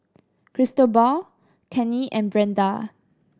Cristobal Cannie and Brenda